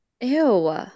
Ew